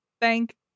Thank